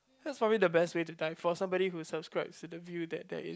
that's probably the best way to die for somebody who subscribes to the view that there is